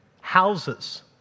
houses